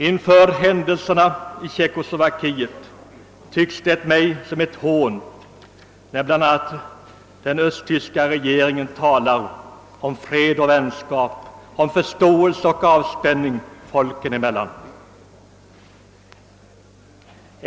Efter händelserna i Tjeckoslovakien tycks det mig som ett hån när bl.a. den östtyska regeringen talar om fred och vänskap, om förståelse och avspänning folken emellan.